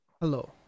Hello